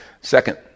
Second